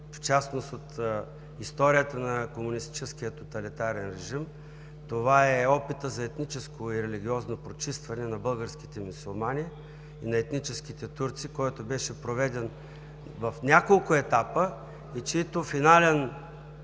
в частност от историята на комунистическия тоталитарен режим. Това е опитът за етническо и религиозно прочистване на българските мюсюлмани и на етническите турци, който беше проведен в няколко етапа и чийто финален,